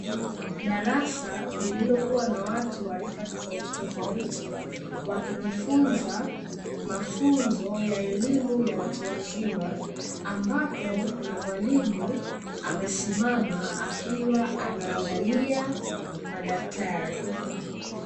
Darasa lililokuwa na watu wa rika tofautitofauti wakijifunza mafunzo ya elimu ya watu wazima, ambapo kuna mwalimu amesimama akiwa anaangalia madaftari.